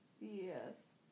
Yes